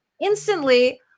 instantly